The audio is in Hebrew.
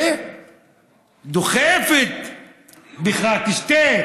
ודוחפת לך: תשתה,